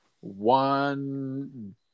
one